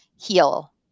heal